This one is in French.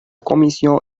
commission